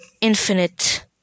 infinite